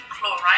chloride